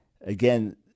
again